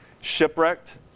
shipwrecked